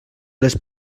les